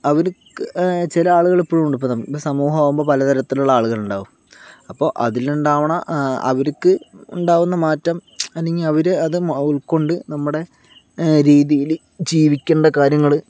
അവർക്ക് ചില ആളുകൾ ഇപ്പോഴുമുണ്ട് ഇപ്പോൾ സമൂഹമാകുമ്പോ പലതരത്തിലുള്ള ആളുകൾ ഉണ്ടാകും അപ്പോൾ അതിലുണ്ടാവ്ണ അവർക്ക് ഉണ്ടാകുന്ന മാറ്റം അല്ലെങ്കിൽ അവർ അത് ഉൾക്കൊണ്ട് നമ്മുടെ രീതിയില് ജീവിക്കേണ്ട കാര്യങ്ങൾ